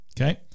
okay